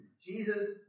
Jesus